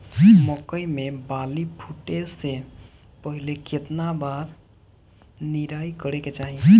मकई मे बाली फूटे से पहिले केतना बार निराई करे के चाही?